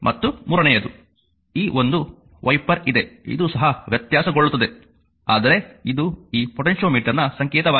ಮತ್ತು ಮೂರನೆಯದು ಈ ಒಂದು ವೈಪರ್ ಇದೆ ಇದು ಸಹ ವ್ಯತ್ಯಾಸಗೊಳ್ಳುತ್ತದೆ ಆದರೆ ಇದು ಈ ಪೊಟೆನ್ಟಿಯೊಮೀಟರ್ನ ಸಂಕೇತವಾಗಿದೆ